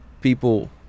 people